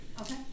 okay